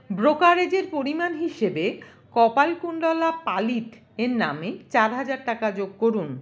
ব্রোকারেজের পরিমাণ হিসেবে কপালকুণ্ডলা পালিত এর নামে চার হাজার টাকা যোগ করুন